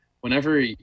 whenever